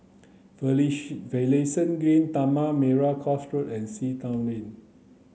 Finlayson Green Tanah Merah Coast Road and Sea Town Lane